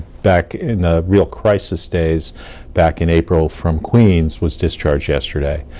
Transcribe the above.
back in the real crisis days back in april from queens, was discharged yesterday,